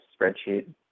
spreadsheet